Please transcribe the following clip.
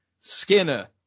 Skinner